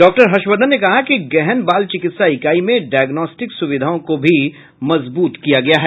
doctor Harshvardhan ने कहा कि गहन बाल चिकित्सा इकाई में डायग्नोस्टिक सुविधाओं को भी मजबूत किया गया है